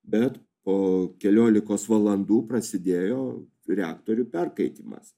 bet po keliolikos valandų prasidėjo reaktorių perkaitimas